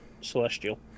celestial